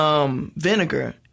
Vinegar